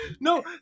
No